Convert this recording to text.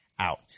out